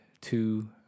two